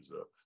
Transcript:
up